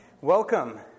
welcome